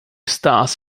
stars